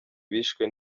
bishwe